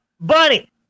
Bunny